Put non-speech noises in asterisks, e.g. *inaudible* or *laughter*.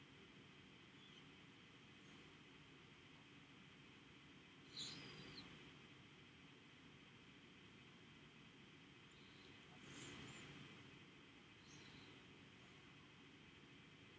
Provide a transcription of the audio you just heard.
*breath*